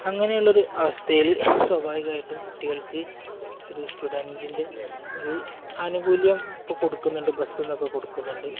അങ്ങനെയുള്ളൊരു അവസ്ഥയില് സ്വാഭാവികമായിട്ടും കുട്ടികൾക്ക് ഒരു സ്റ്റുഡൻറിൻ്റെ ഒരു ആനുകൂല്യം ഇപ്പോള് കൊടുക്കുന്നുണ്ട് ബസ്സിലൊക്കെ കൊടുക്കുന്നുണ്ട്